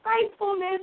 faithfulness